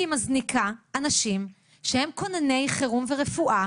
היא מזניקה אנשים שהם כונני חירום ורפואה,